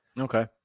Okay